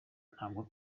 ntabwo